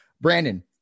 Brandon